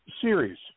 Series